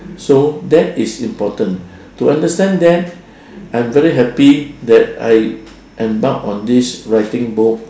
so that is important to understand them I'm very happy that I embark on this writing book